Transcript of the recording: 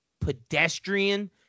pedestrian